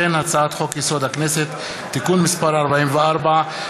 והצעת חוק-יסוד: הכנסת (תיקון מס' 44),